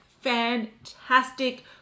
fantastic